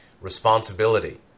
Responsibility